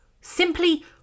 simply